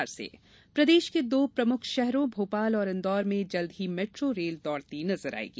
metro प्रदेश के दो प्रमुख शहरों भोपाल और इंदौर में जल्द ही मेट्रो रेल दौड़ती नजर आयेगी